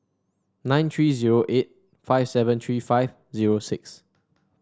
nine three zero eight five seven three five zero six